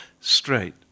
straight